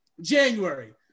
January